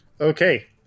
Okay